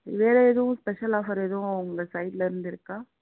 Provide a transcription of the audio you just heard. வேறெதுவும் special offer எதுவும் உங்கள் சைடுலருந்து இருக்கா